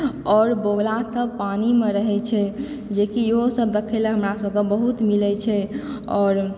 आऔर बगुला सब पानि मे रहै छै एहो सब देखै लए हमरा सब के बहुत मिलल छै आओर